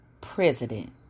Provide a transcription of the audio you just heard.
President